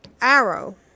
arrow